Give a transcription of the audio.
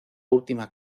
última